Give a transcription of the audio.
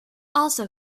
also